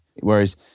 Whereas